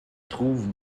trouve